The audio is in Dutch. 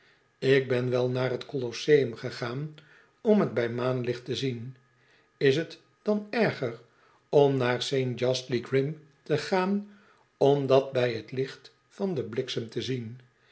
ik ben wel naar t colosseum gegaan om t bij maanlicht te zien is t dan erger om naar saint g hastly grim te gaan om dat bij t licht van den bliksem te zien